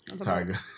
tiger